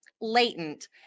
latent